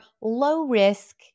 low-risk